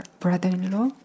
brother-in-law